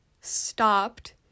stopped